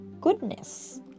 goodness